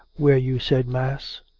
where you said mass.